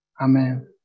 Amen